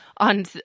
On